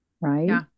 Right